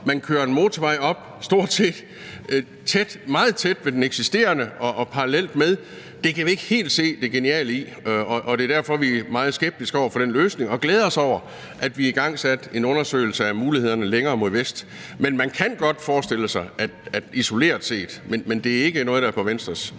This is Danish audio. man kører en motorvej op stort set meget tæt ved den eksisterende og parallelt med. Det kan vi ikke helt se det geniale i, og det er derfor, vi er meget skeptiske over for den løsning og glæder os over, at vi har igangsat en undersøgelse af mulighederne længere mod vest. Men man kan godt forestille sig det isoleret set. Men det er ikke noget, der er på Venstres